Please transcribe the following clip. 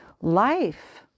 Life